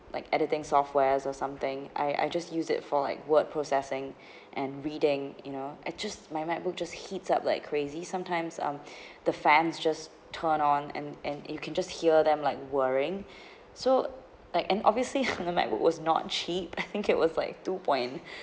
like editing software or something I I just use it for like word processing and reading you know it's just my macbook just heats up like crazy sometimes um the fans just turn on and and you can just hear them like worrying so like and obviously the macbook was not cheap I think it was like two point